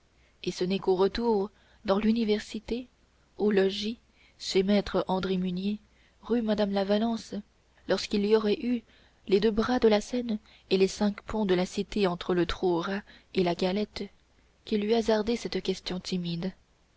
et ce n'est qu'au retour dans l'université au logis chez maître andry musnier rue madame la valence lorsqu'il y aurait eu les deux bras de la seine et les cinq ponts de la cité entre le trou aux rats et la galette qu'il eût hasardé cette question timide